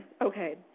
Okay